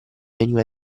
veniva